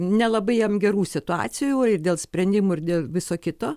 nelabai jam gerų situacijų dėl sprendimų ir dėl viso kito